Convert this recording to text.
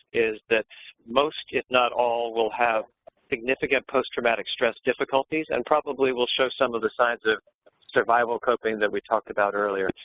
is that most, if not all, will have significant post-traumatic stress difficulties and probably will show some of the signs of survival coping that we talked about earlier.